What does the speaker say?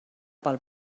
pel